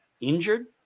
injured